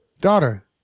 Daughter